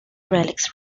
relics